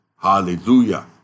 Hallelujah